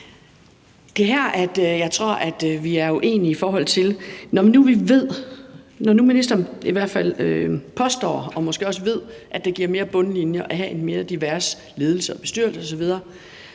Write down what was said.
er her, jeg tror, vi er uenige. Når nu ministeren i hvert fald påstår og måske også ved, at det giver mere på bundlinjen at have mere diversitet i ledelsen og bestyrelsen osv.,